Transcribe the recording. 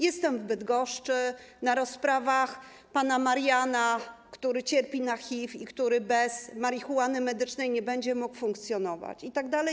Jestem w Bydgoszczy na rozprawach pana Mariana, który cierpi na HIV i który bez marihuany medycznej nie będzie mógł funkcjonować itd.